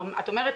את כותבת: